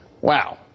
Wow